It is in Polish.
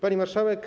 Pani Marszałek!